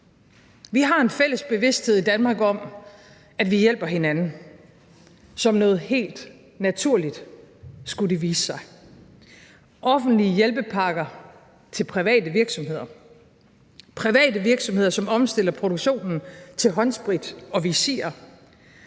Vi har en fælles bevidsthed i Danmark om, at vi hjælper hinanden som noget helt naturligt, skulle det vise sig: Offentlige hjælpepakker til private virksomheder; private virksomheder, som omstiller produktionen til håndsprit og visirer;